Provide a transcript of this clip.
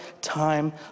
time